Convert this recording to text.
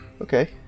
Okay